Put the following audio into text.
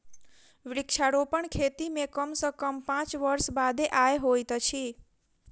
वृक्षारोपण खेती मे कम सॅ कम पांच वर्ष बादे आय होइत अछि